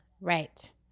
Right